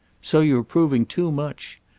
so you're proving too much.